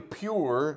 pure